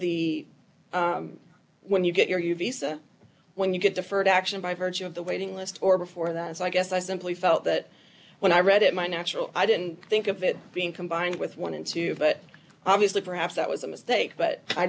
the when you get your u v set when you get deferred action by virtue of the waiting list or before that so i guess i simply felt that when i read it my natural i didn't think of it being combined with one and two but obviously perhaps that was a mistake but i